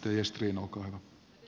värderade talman